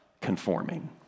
conforming